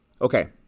Okay